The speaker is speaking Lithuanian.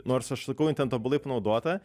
nors aš sakau jin ten tobulai panaudota